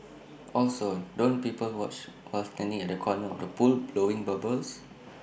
also don't people watch while standing at the corner of the pool blowing bubbles